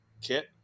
kit